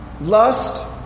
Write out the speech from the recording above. Lust